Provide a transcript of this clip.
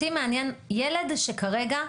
אותי מעניין ילד שכרגע,